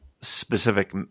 specific